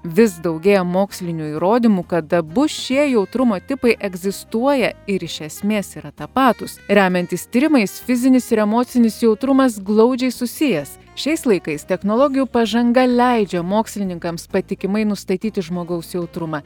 vis daugėja mokslinių įrodymų kad abu šie jautrumo tipai egzistuoja ir iš esmės yra tapatūs remiantis tyrimais fizinis ir emocinis jautrumas glaudžiai susijęs šiais laikais technologijų pažanga leidžia mokslininkams patikimai nustatyti žmogaus jautrumą